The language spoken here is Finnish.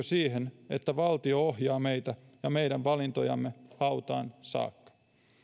siihen että valtio ohjaa meitä ja meidän valintojamme hautaan saakka